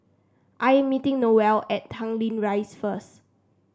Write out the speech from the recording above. I am meeting Noelle at Tanglin Rise first